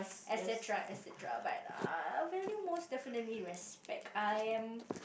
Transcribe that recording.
etc etc but uh I value most definitely respect I am